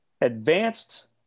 Advanced